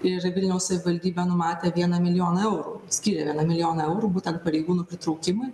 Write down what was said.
ir vilniaus savivaldybė numatė vieną milijoną eurų skiria milijoną eurų būtent pareigūnų pritraukimui